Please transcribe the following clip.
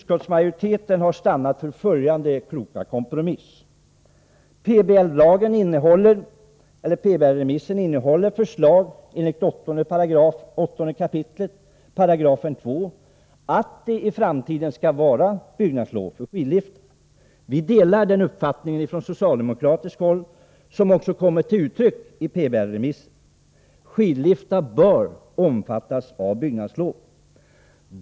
Utskottsmajoriteten har stannat för följande kloka kompromiss. PBL-remissen innehåller förslag enligt 8 kap. 2 § om att det i framtiden skall erfordras byggnadslov för skidliftar. Vi socialdemokrater delar den uppfattning som kommit till uttryck i PBL-remissen. Skidliftar bör omfattas av byggnadslov.